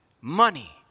money